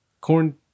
Corn